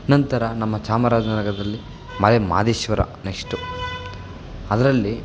ನಂತರ ನಮ್ಮ ಚಾಮರಾಜನಗರದಲ್ಲಿ ಮಲೆ ಮಹಾದೇಶ್ವರ ನೆಕ್ಶ್ಟು ಅದರಲ್ಲಿ